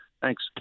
thanks